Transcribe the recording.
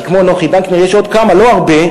כי כמו נוחי דנקנר יש עוד כמה, לא הרבה.